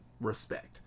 respect